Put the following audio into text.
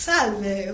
Salve